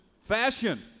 Fashion